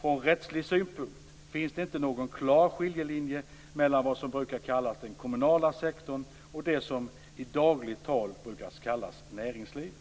Från rättslig synpunkt finns det inte någon klar skiljelinje mellan vad som brukar kallas den kommunala sektorn och det som i dagligt tal brukar kallas näringslivet.